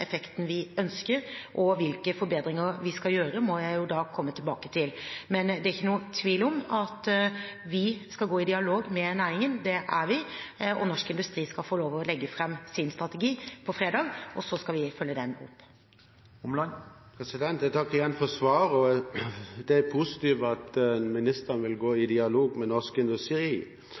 effekten vi ønsker. Hvilke forbedringer vi skal gjøre, må jeg komme tilbake til. Men det er ikke noen tvil om at vi skal gå i dialog med næringen – det er vi – og Norsk Industri skal få lov til å legge fram sin strategi fredag. Så skal vi følge den opp. Jeg takker igjen for svaret. Det er positivt at statsråden vil gå i dialog med Norsk Industri.